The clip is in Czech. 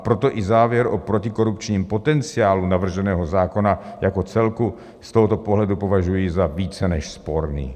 Proto i závěr o protikorupčním potenciálu navrženého zákona jako celku z tohoto pohledu považuji za více než sporný.